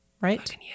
right